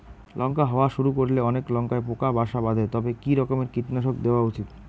লঙ্কা হওয়া শুরু করলে অনেক লঙ্কায় পোকা বাসা বাঁধে তবে কি রকমের কীটনাশক দেওয়া উচিৎ?